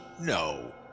No